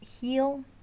heal